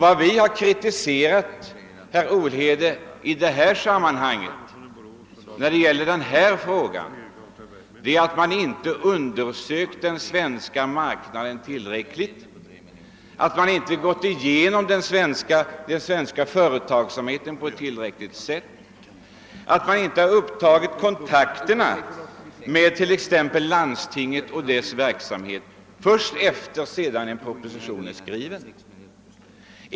Vad vi har kritiserat i detta sammanhang, herr Olhede, är att man inte tillräckligt ingående har undersökt den svenska marknaden och den svenska företagsamheten och att man har tagit kontakt med t.ex. landstingen först sedan propositionen skrivits.